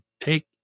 Take